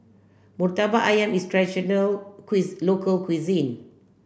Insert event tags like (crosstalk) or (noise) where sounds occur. Murtabak Ayam is a traditional (unintelligible) local cuisine